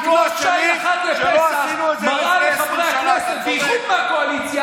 זה בדיוק מה שאנחנו רוצים לעשות.